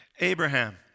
Abraham